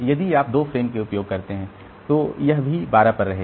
यदि आप 2 फ़्रेमों का उपयोग करते हैं तो यह भी 12 पर रहेगा